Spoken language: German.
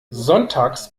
sonntags